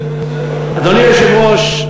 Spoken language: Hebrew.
אדוני היושב-ראש,